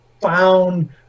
found